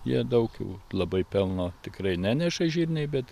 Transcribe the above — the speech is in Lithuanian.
jie daug jau labai pelno tikrai neneša žirniai bet